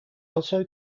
also